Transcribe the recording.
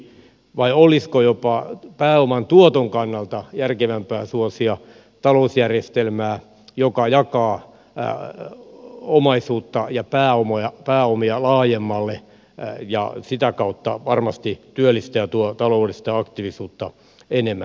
vai olisiko pääoman tuoton kannalta jopa järkevämpää suosia talousjärjestelmää joka jakaa omaisuutta ja pääomia laajemmalle ja sitä kautta varmasti työllistää ja tuo taloudellista aktiivisuutta enemmän